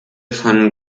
von